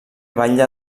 batlle